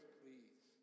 please